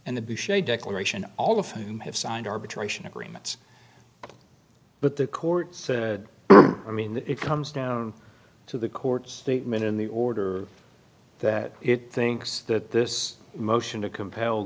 and the big show declaration all of whom have signed arbitration agreements but the court said i mean it comes down to the courts the men in the order that it thinks that this motion to compel